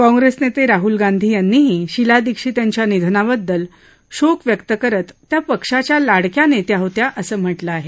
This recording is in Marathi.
काँग्रेसनेते राहुल गांधी यांनीही शिला दीक्षित यांच्या निधनाबद्दल शोक व्यक्त करत त्या पक्षाच्या लाडक्या नेत्या होत्या असं म्हटलं आहे